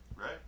Right